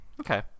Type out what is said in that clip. Okay